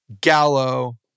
Gallo